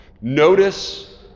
Notice